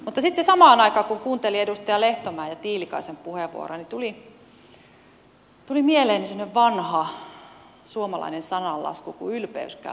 mutta sitten samaan aikaan kun kuuntelin edustaja lehtomäen ja tiilikaisen puheenvuoroja tuli mieleeni sellainen vanha suomalainen sananlasku kuin ylpeys käy lankeemuksen edellä